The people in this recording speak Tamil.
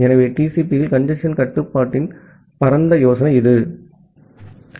ஆகவே TCP இல் கஞ்சேஸ்ன் கட்டுப்பாட்டின் பரந்த யோசனை ஆகும்